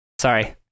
sorry